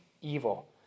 evil